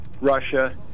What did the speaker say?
Russia